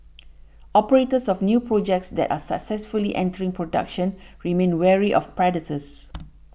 operators of new projects that are successfully entering production remain wary of predators